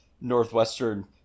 Northwestern